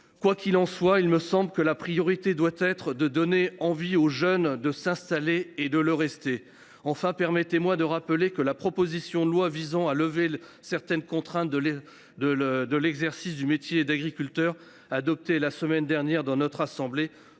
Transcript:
Quoi qu’il en soit, il me semble que la priorité doit être de donner envie aux jeunes de s’installer et de rester. Enfin, permettez moi de rappeler que la proposition de loi visant à lever les contraintes à l’exercice du métier d’agriculteur, adoptée la semaine dernière par notre assemblée,